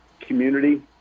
community